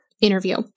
interview